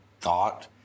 thought